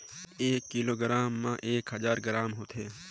एक किलोग्राम म एक हजार ग्राम होथे